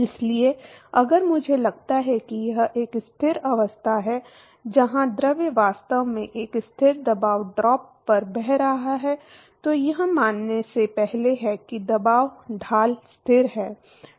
इसलिए अगर मुझे लगता है कि यह एक स्थिर अवस्था है जहां द्रव वास्तव में एक स्थिर दबाव ड्रॉप पर बह रहा है तो यह मानने से पहले है कि दबाव ढाल स्थिर है